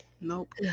Nope